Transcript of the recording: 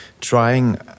trying